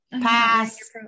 Pass